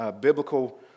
biblical